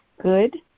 good